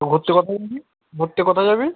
ঘুরতে কোথায় যাবি ঘুরতে কোথায় যাবি